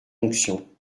onction